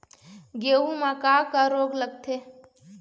गेहूं म का का रोग लगथे?